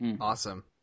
Awesome